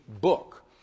book